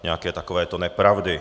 Nějaké takovéto nepravdy.